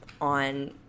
on